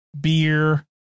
beer